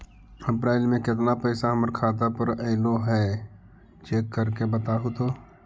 अप्रैल में केतना पैसा हमर खाता पर अएलो है चेक कर के बताहू तो?